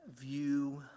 view